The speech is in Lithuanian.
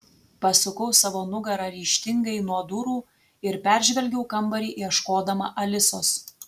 pasukau savo nugarą ryžtingai nuo durų ir peržvelgiau kambarį ieškodama alisos